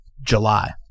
July